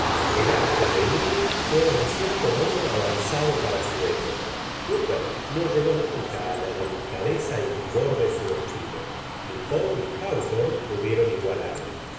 el arte de írving fué en cierto modo avanzado para su época cóoper no llegó nunca a la delicadeza y vigor de su estilo ni poe ni háwthorne pudieron igualarla